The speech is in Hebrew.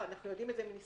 אנחנו יודעים מניסיון,